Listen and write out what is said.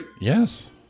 Yes